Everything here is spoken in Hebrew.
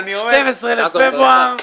12 בפברואר,